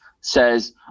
says